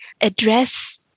address